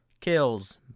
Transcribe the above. kills